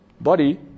body